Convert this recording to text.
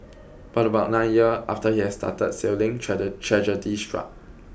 but about nine year after he had started sailing tragedy struck